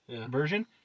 version